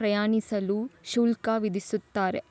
ಪ್ರಯಾಣಿಸಲು ಶುಲ್ಕ ವಿಧಿಸ್ತಾರೆ